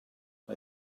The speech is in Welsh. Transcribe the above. mae